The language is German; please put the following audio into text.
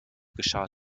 geschah